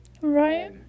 Right